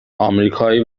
آمریکایی